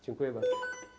Dziękuję bardzo.